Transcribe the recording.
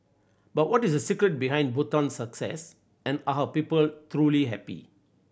but what is the secret behind Bhutan's success and are her people truly happy